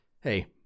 hey